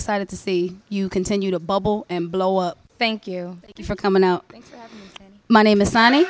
excited to see you continue to bubble and blow up thank you for coming now my name is